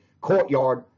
courtyard